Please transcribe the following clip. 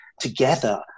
together